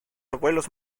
abuelos